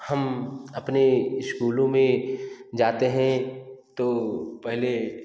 हम अपनों स्कूलो में जाते है तो पहले